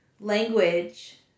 language